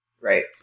Right